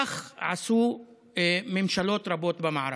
כך עשו ממשלות רבות במערב.